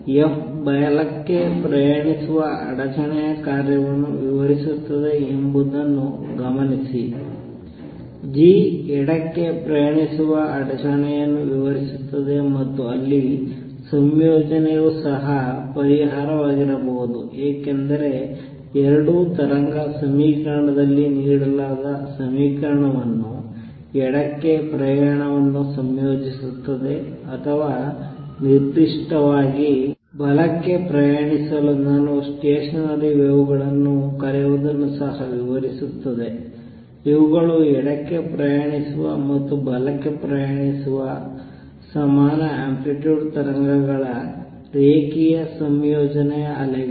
f ಬಲಕ್ಕೆ ಪ್ರಯಾಣಿಸುವ ಅಡಚಣೆಯ ಕಾರ್ಯವನ್ನು ವಿವರಿಸುತ್ತದೆ ಎಂಬುದನ್ನು ಗಮನಿಸಿ g ಎಡಕ್ಕೆ ಪ್ರಯಾಣಿಸುವ ಅಡಚಣೆಯನ್ನು ವಿವರಿಸುತ್ತದೆ ಮತ್ತು ಅಲ್ಲಿ ಸಂಯೋಜನೆಯು ಸಹ ಪರಿಹಾರವಾಗಿರಬಹುದು ಏಕೆಂದರೆ ಎರಡೂ ತರಂಗ ಸಮೀಕರಣದಲ್ಲಿ ನೀಡಲಾದ ಸಮೀಕರಣವನ್ನು ಎಡಕ್ಕೆ ಪ್ರಯಾಣವನ್ನು ಸಂಯೋಜಿಸುತ್ತದೆ ಅಥವಾ ನಿರ್ದಿಷ್ಟವಾಗಿ ಬಲಕ್ಕೆ ಪ್ರಯಾಣಿಸಲು ನಾನು ಸ್ಟೇಷನರಿ ವೇವ್ಗಳನ್ನು ಕರೆಯುವುದನ್ನು ಸಹ ವಿವರಿಸುತ್ತದೆ ಇವುಗಳು ಎಡಕ್ಕೆ ಪ್ರಯಾಣಿಸುವ ಮತ್ತು ಬಲಕ್ಕೆ ಪ್ರಯಾಣಿಸುವ ಸಮಾನ ಅಂಪ್ಲಿಟ್ಯೂಡ್ ತರಂಗಗಳ ರೇಖೀಯ ಸಂಯೋಜನೆಯ ಅಲೆಗಳು